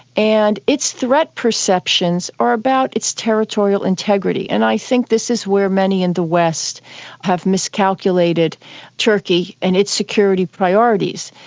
and its threat perceptions are about its territorial integrity. and i think this is where many in the west have miscalculated turkey turkey and its security priorities,